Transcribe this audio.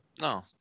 No